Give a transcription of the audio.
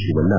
Shivanna